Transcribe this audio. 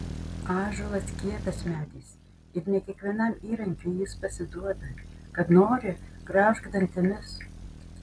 ąžuolas kietas medis ir ne kiekvienam įrankiui jis pasiduoda kad nori graužk dantimis